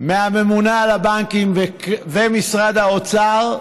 מהממונה על הבנקים ומשרד האוצר: